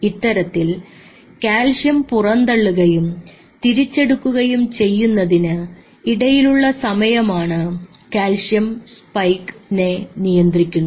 ഇത്തരത്തിൽ കാൽസ്യം പുറന്തള്ളുകയും തിരിച്ചെടുക്കുകയും ചെയ്യുന്നതിന് ഇടയിലുള്ള സമയമാണ് കാൽസ്യം സ്പൈക്കിനെ നിയന്ത്രിക്കുന്നത്